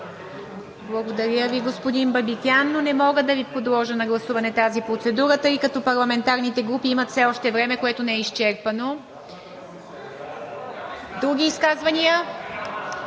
Благодаря Ви, господин Бабикян. Но не мога да подложа на гласуване тази процедура, тъй като парламентарните групи имат все още време, което не е изчерпано. Други изказвания?